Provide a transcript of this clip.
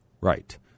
Right